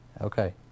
Okay